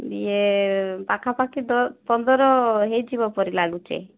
ଇଏ ପାଖାପାଖି ଦଶ ପନ୍ଦର ହେଇଯିବ ପରି ଲାଗୁଛି